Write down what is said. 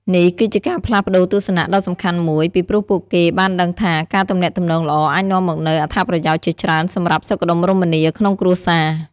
នេះគឺជាការផ្លាស់ប្តូរទស្សនៈដ៏សំខាន់មួយ ពីព្រោះពួកគេបានដឹងថា ការទំនាក់ទំនងល្អអាចនាំមកនូវអត្ថប្រយោជន៍ជាច្រើនសម្រាប់សុខដុមរមនាក្នុងគ្រួសារ។